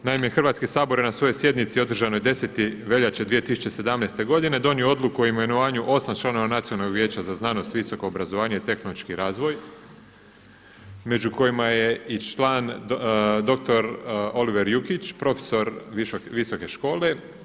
Naime, Hrvatski sabor je na svojoj sjednici održanoj 10. veljače 2017. godine donio Odluku o imenovanju 8 članova Nacionalnog vijeća za znanost, visoko obrazovanje i tehnološki razvoj među kojima je i član doktor Oliver Jukić, profesor Visoke škole.